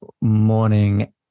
morning